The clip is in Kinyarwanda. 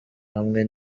hamwe